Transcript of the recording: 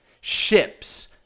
Ships